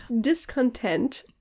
discontent